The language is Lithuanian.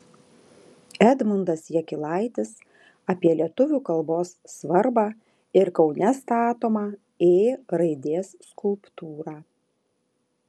edmundas jakilaitis apie lietuvių kalbos svarbą ir kaune statomą ė raidės skulptūrą